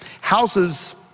houses